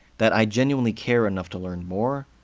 that i genuinely care enough to learn more,